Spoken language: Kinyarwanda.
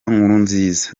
nkurunziza